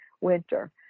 winter